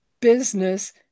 business